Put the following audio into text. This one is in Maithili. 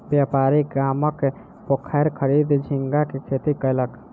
व्यापारी गामक पोखैर खरीद झींगा के खेती कयलक